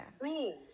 Rules